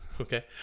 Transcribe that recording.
Okay